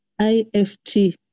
IFT